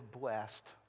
blessed